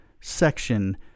section